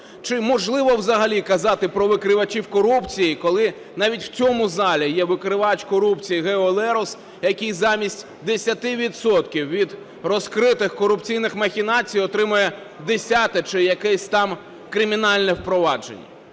Чи можливо взагалі казати про викривачів корупції, коли навіть в цьому залі є викривач корупції Гео Лерос, який замість 10 відсотків від розкритих корупційних махінацій отримує десяте чи якесь там кримінальне впровадження?